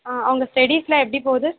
ஆ உங்க ஸ்டடிஸ்லாம் எப்படி போகுது